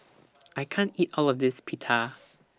I can't eat All of This Pita